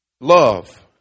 Love